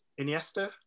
Iniesta